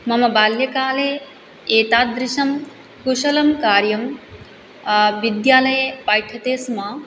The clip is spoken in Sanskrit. मम बाल्यकाले एतादृशं कुशलं कार्यं विद्यालये पाठ्यते स्म